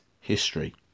history